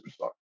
superstar